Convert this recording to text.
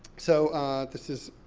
so this is,